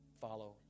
follow